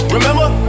Remember